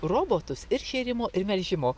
robotus ir šėrimo ir melžimo